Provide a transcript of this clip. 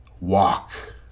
walk